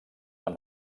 amb